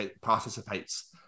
participates